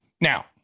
Now